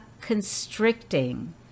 constricting